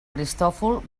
cristòfol